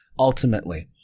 Ultimately